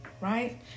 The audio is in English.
Right